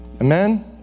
Amen